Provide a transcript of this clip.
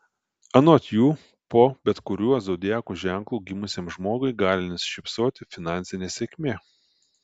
anot jų po bet kuriuo zodiako ženklu gimusiam žmogui gali nusišypsoti finansinė sėkmė